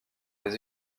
les